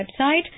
website